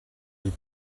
des